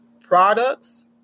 products